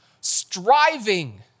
striving